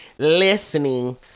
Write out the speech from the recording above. listening